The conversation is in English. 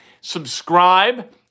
Subscribe